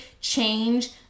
change